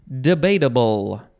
Debatable